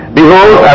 Behold